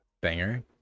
Banger